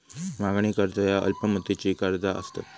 मागणी कर्ज ह्या अल्प मुदतीची कर्जा असतत